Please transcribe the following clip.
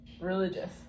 religious